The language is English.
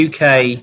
UK